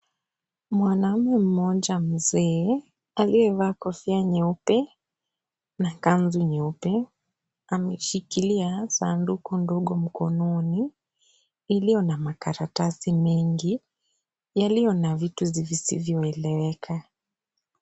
Mwanaume mmoja mzee aliyevaa kofia nyeupe na kanzu nyeupe ameshikilia sanduku ndogo mkononi iliyo na makaratasi mengi yaliyo na vitu visivyoeleweka.